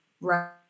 right